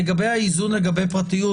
לגבי האיזון בפרטיות,